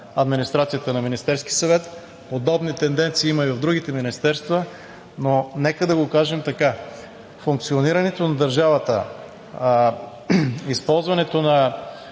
администрацията на Министерския съвет. Подобни тенденции има и в другите министерства, но нека да го кажем така: функционирането на държавата, използването на